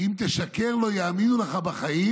כי אם תשקר לא יאמינו לך בחיים".